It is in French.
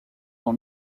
dans